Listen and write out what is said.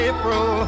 April